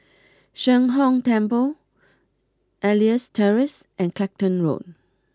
Sheng Hong Temple Elias Terrace and Clacton Road